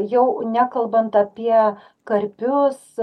jau nekalbant apie karpius